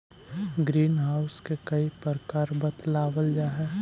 green house के कई प्रकार बतलावाल जा हई